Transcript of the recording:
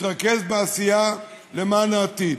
להתרכז בעשייה למען העתיד,